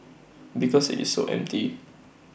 because IT is so empty